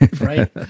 Right